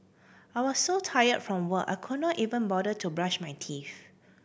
I was so tired from work I could not even bother to brush my teeth